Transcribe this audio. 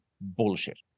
bullshit